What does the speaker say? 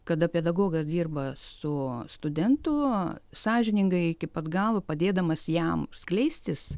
kada pedagogas dirba su studentu sąžiningai iki pat galo padėdamas jam skleistis